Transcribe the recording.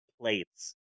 plates